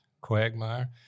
quagmire